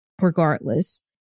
regardless